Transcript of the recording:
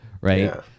right